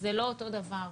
זה לא אותו דבר.